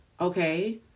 okay